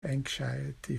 anxiety